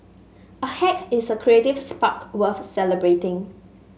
a hack is a creative spark worth celebrating